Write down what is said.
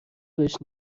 بهش